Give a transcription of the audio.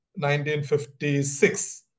1956